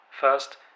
First